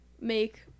make